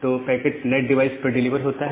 तो packet net device पर deliver होता है